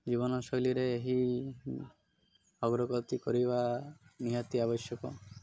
ଜୀବନଶୈଳୀରେ ଏହି ଅଗ୍ରଗତି କରିବା ନିହାତି ଆବଶ୍ୟକ